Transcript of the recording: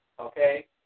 okay